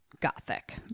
Gothic